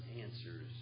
answers